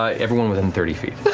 ah everyone within thirty feet.